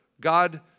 God